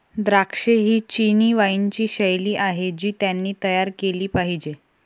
द्राक्षे ही चिनी वाइनची शैली आहे जी त्यांनी तयार केली पाहिजे